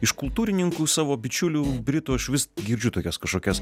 iš kultūrininkų savo bičiulių britų aš vis girdžiu tokias kažkokias